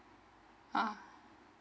ah